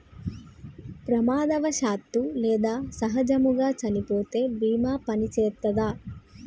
ప్రమాదవశాత్తు లేదా సహజముగా చనిపోతే బీమా పనిచేత్తదా?